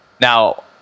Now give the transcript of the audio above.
Now